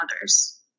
others